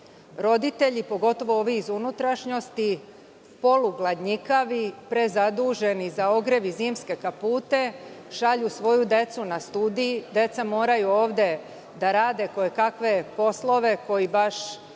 Roditelji, pogotovo ovi iz unutrašnjosti, polugladnjikavi, prezaduženi za ogrev i zimske kapute, šalju svoju decu na studije. Deca moraju ovde da rade kojekakve poslove, koji baš